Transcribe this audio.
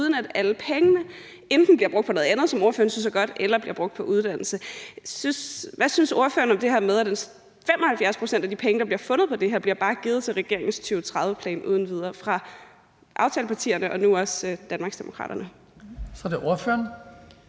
uden at alle pengene enten bliver brugt på noget andet, som ordføreren synes er godt, eller bliver brugt på uddannelse. Hvad synes ordføreren om det her med, at 75 pct. af de penge, der bliver fundet på det her forslag, bare uden videre bliver givet til regeringens 2030-plan fra aftalepartierne og nu også Danmarksdemokraterne? Kl. 16:16 Den